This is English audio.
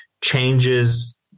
changes